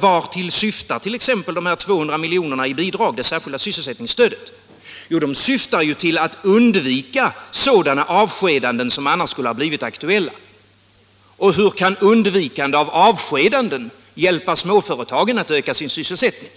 Vartill syftar t.ex. det särskilda sysselsättningsstödet, de 200 miljonerna i bidrag? Jo, det syftar till att undvika sådana avskedanden som annars skulle bli aktuella. Men hur kan undvikande av avskedande hjälpa småföretagen att öka sin sysselsättning?